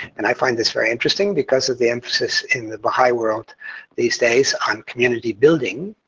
and i find this very interesting, because of the emphasis in the baha'i world these days on community building,